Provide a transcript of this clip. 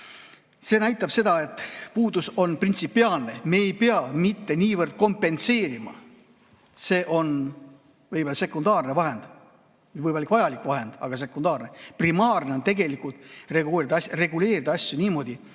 See näitab seda, et puudus on printsipiaalne. Me ei pea mitte niivõrd kompenseerima – see on sekundaarne vahend, võimalik ja vajalik vahend, aga sekundaarne. Primaarne on tegelikult reguleerida asju niimoodi,